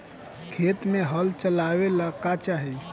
खेत मे हल चलावेला का चाही?